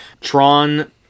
Tron